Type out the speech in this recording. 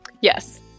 Yes